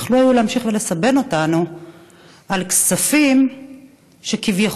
יכלו להמשיך ולסבן אותנו על כספים שכביכול